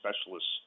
specialists